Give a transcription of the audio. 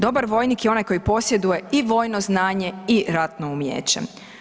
Dobar vojnik je onaj koji posjeduje i vojno znanje i ratno umijeće.